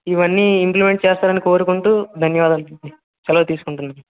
ఇవన్నీ ఇంప్లిమెంట్ చేస్తారని కోరుకుంటు ధన్యవాదాలు సెలవు తీసుకుంటున్నాను